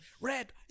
red